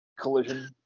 Collision